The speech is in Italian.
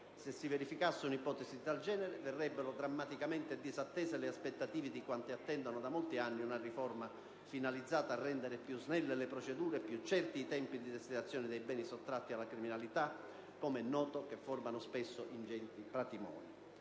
Se si verificasse un'ipotesi di tal genere, verrebbero drammaticamente disattese le aspettative di quanti attendono da molti anni una riforma del settore, finalizzata a rendere più snelle le procedure e più certi i tempi di destinazione dei beni sottratti alla criminalità organizzata, beni che - come noto - formano spesso ingenti patrimoni.